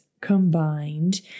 combined